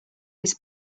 his